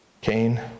Cain